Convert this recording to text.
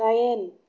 दाइन